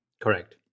Correct